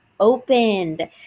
Opened